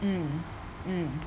mm mm